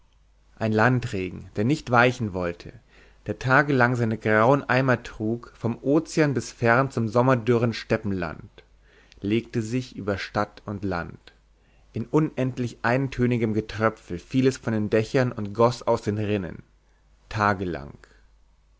ein landregen der nicht weichen wollte der tagelang seine grauen eimer trug vom ozean bis fern zum sommerdürren steppenland legte sich über stadt und land in unendlich eintönigem getröpfel fiel es von den dächern und goß aus den rinnen tagelang